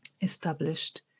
established